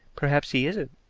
perhaps he isn't.